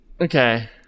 Okay